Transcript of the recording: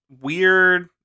weird